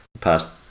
past